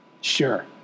sure